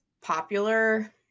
popular